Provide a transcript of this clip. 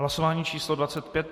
Hlasování číslo 25.